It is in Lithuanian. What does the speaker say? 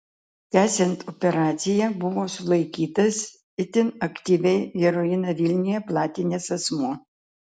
tęsiant operaciją buvo sulaikytas itin aktyviai heroiną vilniuje platinęs asmuo